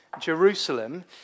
Jerusalem